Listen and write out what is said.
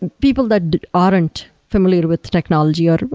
people that aren't familiar with the technology or